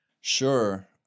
Sure